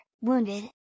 wounded